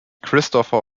christopher